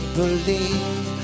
believe